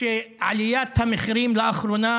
שעליית המחירים לאחרונה